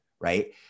right